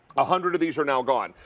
a hundred of these are now gone.